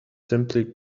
simply